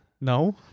no